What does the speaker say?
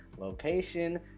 location